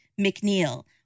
McNeil